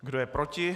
Kdo je proti?